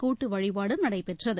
கூட்டு வழிபாடும் நடைபெற்றது